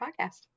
podcast